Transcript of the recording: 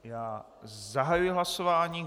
Já zahajuji hlasování.